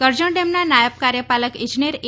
કરજણ ડેમના નાયબ કાર્યપાલક ઇજનેર એ